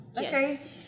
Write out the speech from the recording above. yes